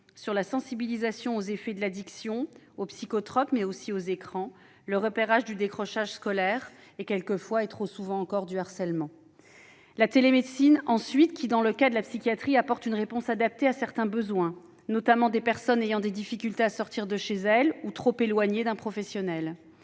sur la sensibilisation aux effets de l'addiction- je pense aux psychotropes, mais aussi aux écrans -, sur le repérage du décrochage scolaire et du harcèlement ... Je veux ensuite évoquer la télémédecine, qui, dans le cas de la psychiatrie, apporte une réponse adaptée à certains besoins, notamment des personnes ayant des difficultés à sortir de chez elles ou trop éloignées d'un professionnel.